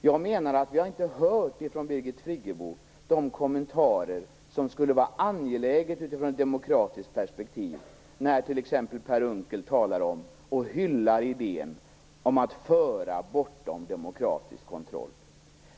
Jag menar att vi inte har hört från Birgit Friggebo de kommentarer som skulle vara angelägna utifrån ett demokratiskt perspektiv när t.ex. Per Unckel talar om och hyllar idén om att föra bortom demokratisk kontroll.